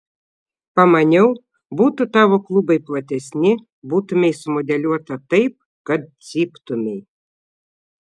pamaniau būtų tavo klubai platesni būtumei sumodeliuota taip kad cyptumei